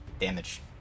damage